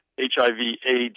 HIV-AIDS